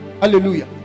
hallelujah